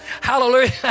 Hallelujah